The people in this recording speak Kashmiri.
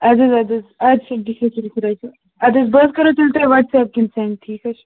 اَدٕ حظ اَدٕ حظ اَدٕ سا بِہِو تیٚلہِ خۄدایَس حوال اَدٕ حظ بہٕ حظ کرو تیٚلہِ تۄہہِ وَٹسیپ کِنۍ سٮ۪نٛڈ ٹھیٖک حظ چھِ